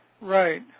Right